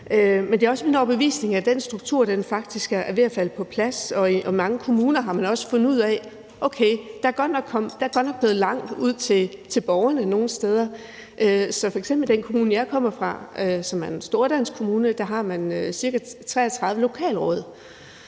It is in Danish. Men det er også min overbevisning, at den struktur faktisk er ved falde på plads, og i mange kommuner har man også fundet ud af, at der godt nok er blevet langt ud til borgerne nogle steder. F.eks. i den kommune, jeg kommer fra, og som er en stor dansk kommune, har man cirka 33 lokalråd,